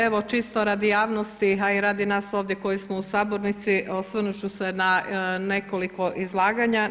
Evo čisto radi javnosti, a i radi nas ovdje koji smo u sabornici osvrnut ću se na nekoliko izlaganja.